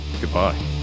Goodbye